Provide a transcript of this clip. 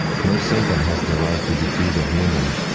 no satan has the right to defeat a human,